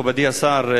מכובדי השר,